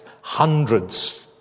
hundreds